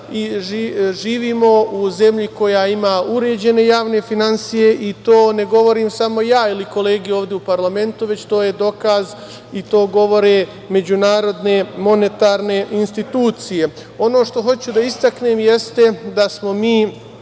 živimo u zemlji koja ima uređene javne finansije i to ne govorim samo ja ili kolege ovde u parlamentu, već je to dokaz i to govore međunarodne monetarne institucije. Ono što hoću da istaknem jeste da smo mi